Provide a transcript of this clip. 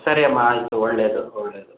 ಸರಿ ಅಮ್ಮ ಆಯಿತು ಒಳ್ಳೆಯದು ಒಳ್ಳೆಯದು